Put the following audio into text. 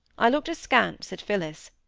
i looked askance at phillis.